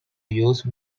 used